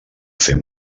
fer